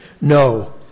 No